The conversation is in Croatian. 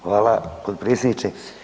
Hvala potpredsjedniče.